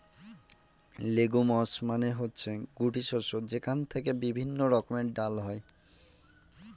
legumes মানে হচ্ছে গুটি শস্য যেখান থেকে বিভিন্ন রকমের ডাল হয়